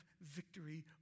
victory